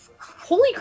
holy